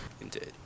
Indeed